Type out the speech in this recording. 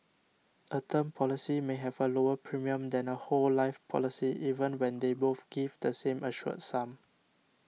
a term policy may have a lower premium than a whole life policy even when they both give the same assured sum